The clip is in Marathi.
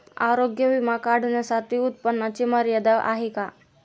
आरोग्य विमा काढण्यासाठी उत्पन्नाची मर्यादा आहे का?